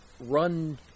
run